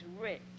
rich